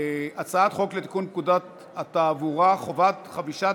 הצעת חוק לתיקון פקודת התעבורה (חובת חבישת